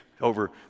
Over